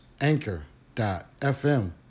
anchor.fm